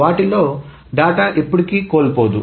వాటిలో డేటా ఎప్పటికీ కోల్పోదు